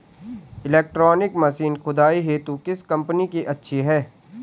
Electronic machine खुदाई हेतु किस कंपनी की अच्छी है?